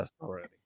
already